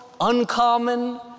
uncommon